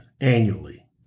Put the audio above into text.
annually